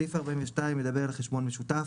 סעיף 42 מדבר על חשבון משותף.